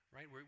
Right